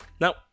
Now